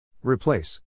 Replace